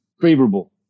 favorable